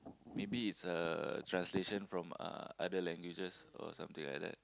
maybe it's a translation from uh other languages or something like that